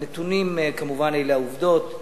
הנתונים, כמובן, הם העובדות.